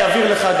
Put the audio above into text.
אני אעביר לך,